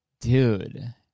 Dude